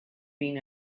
been